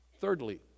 Thirdly